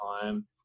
time